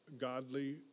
godly